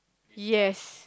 yes